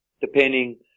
depending